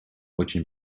очень